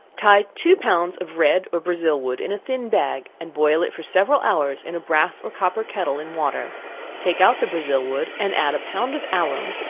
tie two pounds of red or brazil wood in a thin bag, and boil it for several hours in a brass or copper kettle in water take out the brazil wood and add a pound of alum,